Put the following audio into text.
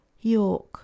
York